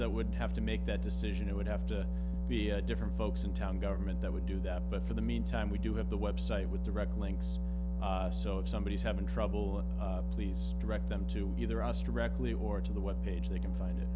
that would have to make that decision it would have to be different folks in town government that would do that but for the meantime we do have the website with direct links so if somebody is having trouble please direct them to either us to reckless or to the web page they can find it